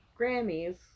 Grammy's